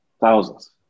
thousands